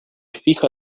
fija